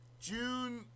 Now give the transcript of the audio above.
June